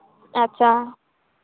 ᱟᱪᱪᱷᱟ